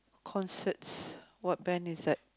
concerts what band is that